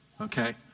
okay